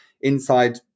inside